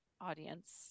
audience